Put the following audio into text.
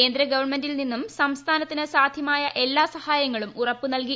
കേന്ദ്ര ഗവൺമെന്റിൽ നിന്നും സംസ്ഥാനത്തിന് സാധ്യമായ എല്ലാ സഹായങ്ങളും ഉറപ്പ് നൽകി